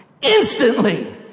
Instantly